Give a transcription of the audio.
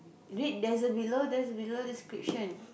did there's a below there's a below description